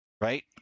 Right